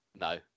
No